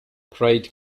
pride